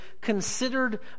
considered